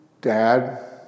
Dad